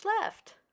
left